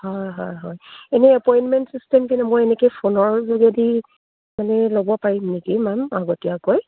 হয় হয় হয় এনেই এপইণ্টমেণ্ট ছিষ্টেম মই এনেকৈ ফোনৰ যোগেদি মানে ল'ব পাৰিম নেকি মেম আগতীয়াকৈ